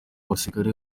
basirikare